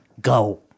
Go